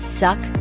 suck